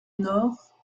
nord